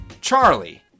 Charlie